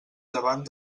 davant